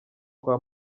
kwa